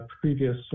previous